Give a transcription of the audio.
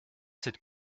cette